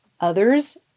others